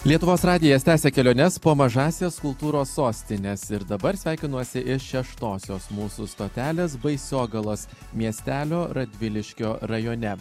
lietuvos radijas tęsia keliones po mažąsias kultūros sostines ir dabar sveikinuosi iš šeštosios mūsų stotelės baisogalos miestelio radviliškio rajone